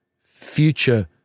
future